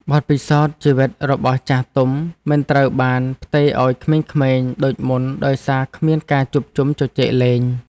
បទពិសោធន៍ជីវិតរបស់ចាស់ទុំមិនត្រូវបានផ្ទេរឱ្យក្មេងៗដូចមុនដោយសារគ្មានការជួបជុំជជែកលេង។